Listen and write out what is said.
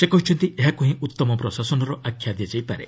ସେ କହିଛନ୍ତି ଏହାକୁର୍ହି ଉତ୍ତମ ପ୍ରଶାସନର ଆଖ୍ୟା ଦିଆଯାଇପାରେ